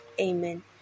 Amen